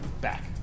back